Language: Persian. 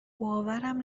باورم